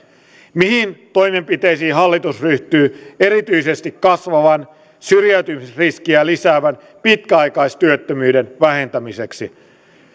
mihin toimenpiteisiin hallitus ryhtyy erityisesti kasvavan syrjäytymisriskiä lisäävän pitkäaikaistyöttömyyden vähentämiseksi